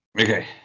Okay